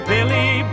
Billy